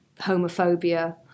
homophobia